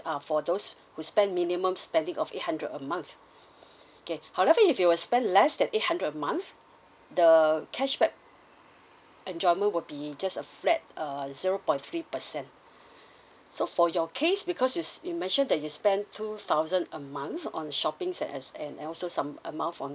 are for those who spend minimum spending of eight hundred a month okay however if you were to spend less than eight hundred a month the cashback enjoyment will be just a flat uh zero point three percent so for your case because its you mentioned that you spend two thousand a month on shopping and as and also some amount for